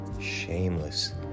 shameless